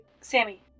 Sammy